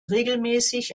regelmäßig